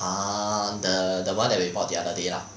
ah the the one that we bought the other day lah